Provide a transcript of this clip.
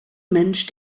mensch